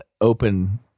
open